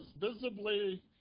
visibly